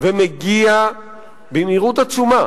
ומגיע במהירות עצומה